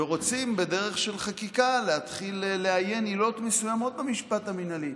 ורוצים בדרך של חקיקה להתחיל לאיין עילות מסוימות במשפט המינהלי.